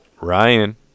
Ryan